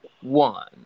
one